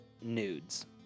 nudes